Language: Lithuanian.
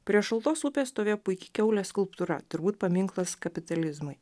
prie šaltos upės stovėjo puiki kiaulės skulptūra turbūt paminklas kapitalizmui